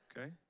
Okay